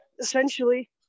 Essentially